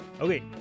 Okay